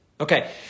Okay